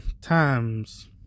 times